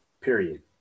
period